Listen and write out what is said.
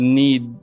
need